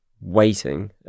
waiting